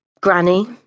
Granny